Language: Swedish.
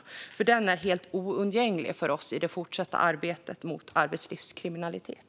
Den kommer att vara helt oundgänglig för oss i det fortsatta arbetet mot arbetslivskriminalitet.